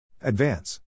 Advance